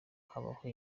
habaho